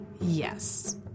Yes